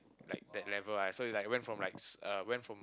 like that level lah so you like went from like uh went from